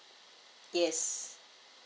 yes